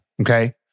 Okay